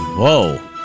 whoa